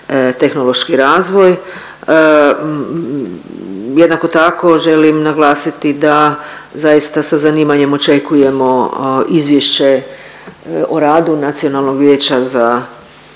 tehnološki razvoj. Jednako tako želim naglasiti da zaista sa zanimanjem očekujemo izvješće o radu Nacionalnog vijeća za